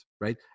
right